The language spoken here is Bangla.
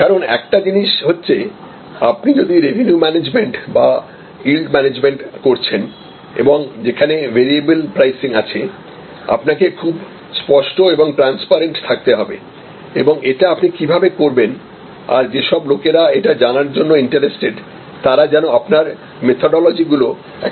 কারণ একটা জিনিস হচ্ছে আপনি যদি রেভিনিউ মানেজমেন্ট বা ইল্ড ম্যানেজমেন্ট করছেন এবং যেখানে ভেরিয়েবল প্রাইসিং আছে আপনাকে খুব স্পষ্ট এবং ট্রান্সপারেন্ট থাকতে হবে এবং এটা আপনি কিভাবে করবেন আর যেসব লোকেরা এটা জানার জন্য ইন্টারেস্টেড তারা যেন আপনার মেথডোলজি গুলো অ্যাক্সেস করতে পারে